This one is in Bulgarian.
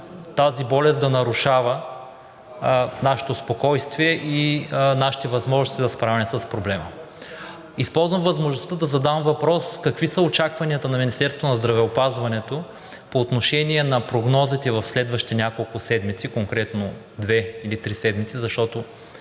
тази болест да нарушава нашето спокойствие и нашите възможности за справяне с проблема. Използвам възможността да задам въпрос: какви са очакванията на Министерството на здравеопазването по отношение на прогнозите в следващите няколко седмици, конкретно две или три, защото